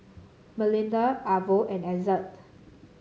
Melinda Arvo and Ezzard